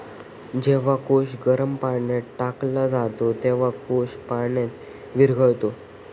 जेव्हा कोश गरम पाण्यात टाकला जातो, तेव्हा कोश पाण्यात विरघळतो